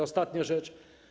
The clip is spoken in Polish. Ostatnia rzecz.